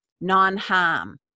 non-harm